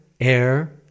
air